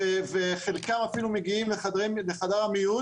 וחלקם אפילו מגיעים לחדר מיון,